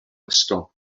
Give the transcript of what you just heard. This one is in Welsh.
ysgol